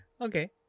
Okay